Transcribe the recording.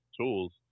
tools